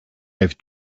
i’ve